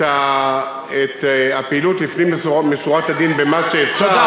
את הפעילות לפנים משורת הדין ומה שאפשר,